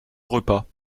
repas